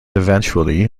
eventually